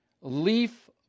leaf